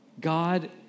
God